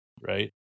right